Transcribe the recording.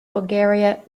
bulgaria